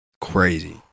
crazy